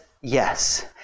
yes